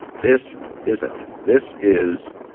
this isn't. this is,